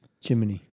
Chimney